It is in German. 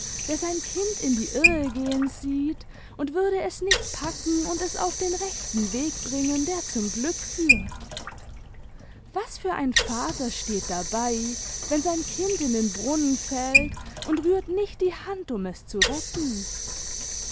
der sein kind in die irre gehen sieht und würde es nicht packen und es auf den rechten weg bringen der zum glück führt i was für ein vater steht dabei wenn sein kind in den brunnen fällt und rührt nicht die hand um es zu retten